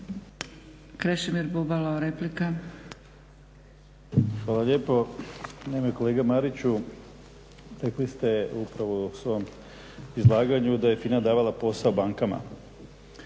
Krešimir Bubalo, replika.